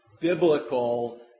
biblical